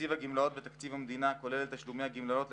תקציב הגמלאות בתקציב המדינה כולל את תשלומי הגמלאות,